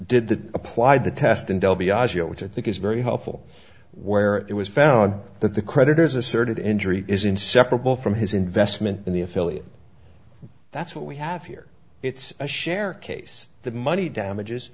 did that applied the test in del biagio which i think is very helpful where it was found that the creditors asserted injury is inseparable from his investment in the affiliate that's what we have here it's a share case the money damages